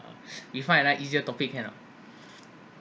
you find another easier topic can or not